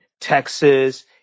Texas